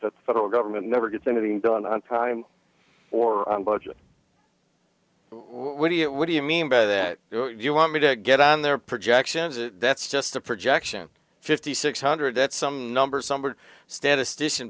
that the federal government never gets anything done on time for budget what do you what do you mean by that you want me to get on their projections that's just a projection fifty six hundred at some numbers some are statistician